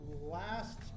last